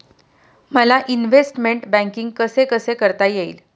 मला investment banking कसे कसे करता येईल?